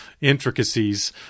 intricacies